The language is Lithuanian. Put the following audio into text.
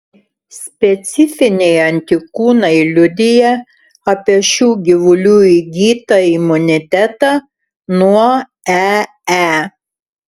specifiniai antikūnai liudija apie šių gyvulių įgytą imunitetą nuo ee